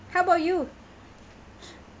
how about you